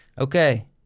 Okay